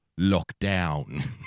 lockdown